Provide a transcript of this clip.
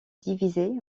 divisée